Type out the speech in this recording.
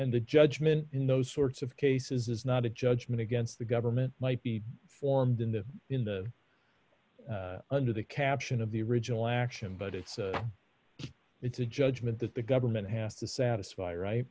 and the judgment in those sorts of cases is not a judgment against the government might be formed in the in the under the caption of the original action but it's it's a judgment that the government has to satisfy right